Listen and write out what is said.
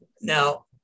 Now